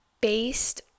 based